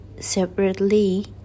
separately